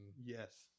Yes